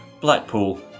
Blackpool